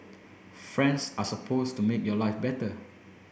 friends are supposed to make your life better